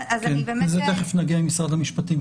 כן, זה תיכף נגיע עם משרד המשפטים.